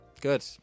good